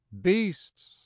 Beasts